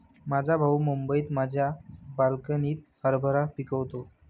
माझा भाऊ मुंबईत त्याच्या बाल्कनीत हरभरा पिकवतो